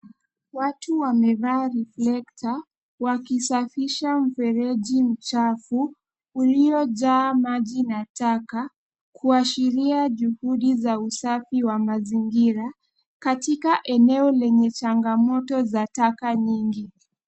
Watu wamevaa reflector wakisafisha mfereji mchafu uliojaa maji na taka, kuashiria juhudi za usafi wa mazingira katika eneo lenye changamoto za taka nyingi.